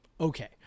Okay